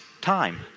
time